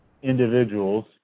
individuals